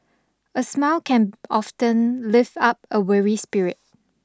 A smile can often lift up a weary spirit